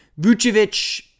Vucevic